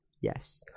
yes